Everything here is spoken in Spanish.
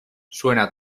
suena